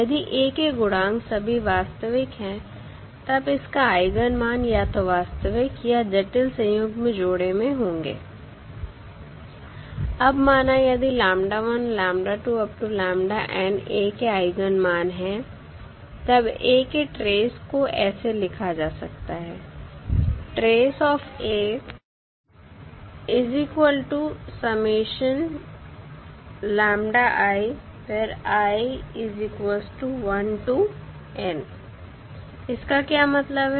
यदि A के गुणांक सभी वास्तविक हैं तब इसका आइगन मान या तो वास्तविक या जटिल संयुग्म जोड़े में होंगे अब माना यदि A के आइगन मान है तब A के ट्रेस को ऐसे लिखा जा सकता है इसका क्या मतलब है